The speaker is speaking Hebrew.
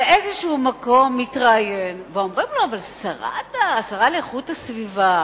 התראיין באיזה מקום ואמרו לו: אבל השרה לאיכות הסביבה